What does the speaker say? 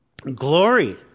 Glory